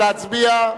נא להצביע.